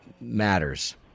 matters